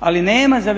Ali nema za